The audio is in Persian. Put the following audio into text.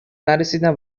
نرسیدن